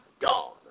gone